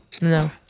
No